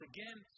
Again